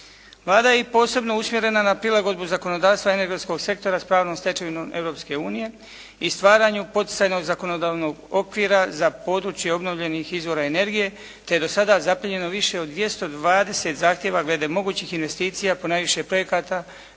Vlada je i posebno usmjerena na prilagodbu zakonodavstva energetskog sektora sa pravnom stečevinom Europske unije i stvaranju poticajnog zakonodavnog okvira za područje obnovljenih izvora energije, te je do sada zapljenjeno više od 220 zahtjeva glede mogućih investicija po najviše projekata